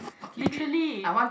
literally